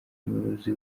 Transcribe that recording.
muyobozi